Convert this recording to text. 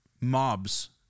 mobs